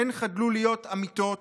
הן חדלו להיות אמיתות